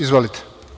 Izvolite.